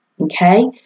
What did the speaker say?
okay